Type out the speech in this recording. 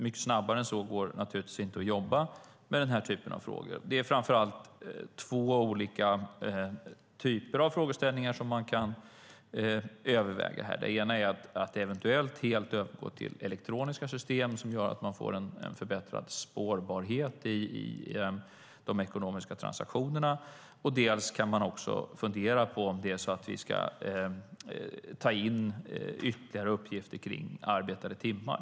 Mycket snabbare än så går det naturligtvis inte att jobba med denna typ av frågor. Det är framför allt två olika typer av frågeställningar som man kan överväga här. Man kan eventuellt helt övergå till elektroniska system som gör att man får en förbättrad spårbarhet i de ekonomiska transaktionerna. Man kan också fundera på om man ska ta in ytterligare uppgifter om antalet arbetade timmar.